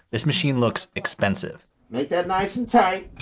this machine looks expensive make that nice and tight.